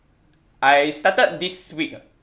I started this week ah